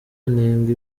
anenga